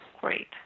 great